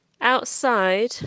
outside